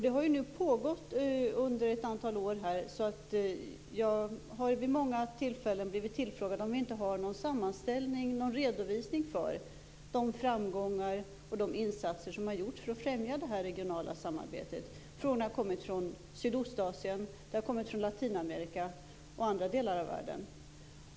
Det har nu pågått under ett antal år, och jag har vid många tillfällen blivit tillfrågad om vi inte har någon redovisning av de framgångar som har uppnåtts och de insatser som har gjorts för att främja det här regionala samarbetet. Frågorna har kommit från Sydostasien, från Latinamerika och från andra delar av världen.